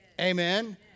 Amen